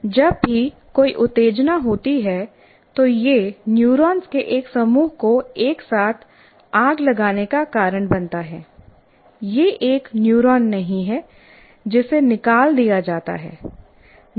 जब भी कोई उत्तेजना होती है तो यह न्यूरॉन्स के एक समूह को एक साथ आग लगाने का कारण बनता है यह एक न्यूरॉन नहीं है जिसे निकाल दिया जाता है